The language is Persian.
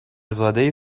زاده